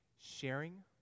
sharing